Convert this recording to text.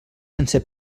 sense